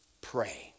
pray